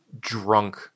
drunk